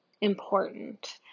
important